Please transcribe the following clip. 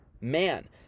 man